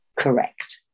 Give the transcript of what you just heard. Correct